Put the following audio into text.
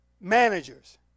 managers